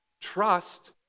trust